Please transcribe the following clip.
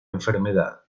enfermedad